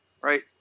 Right